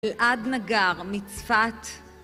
עד נגר מצפת